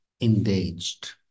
engaged